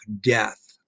death